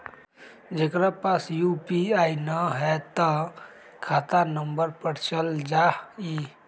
जेकरा पास यू.पी.आई न है त खाता नं पर चल जाह ई?